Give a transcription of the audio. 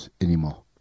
anymore